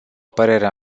părerea